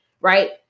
Right